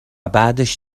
بعدش